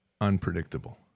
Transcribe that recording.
unpredictable